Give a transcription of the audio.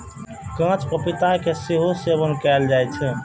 कांच पपीता के सेहो सेवन कैल जाइ छै